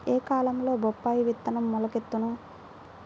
ఏ కాలంలో బొప్పాయి విత్తనం మొలకెత్తును?